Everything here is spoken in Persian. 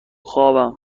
خوابم